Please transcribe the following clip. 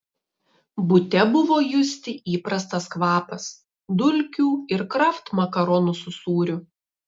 bute buvo justi įprastas kvapas dulkių ir kraft makaronų su sūriu